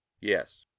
yes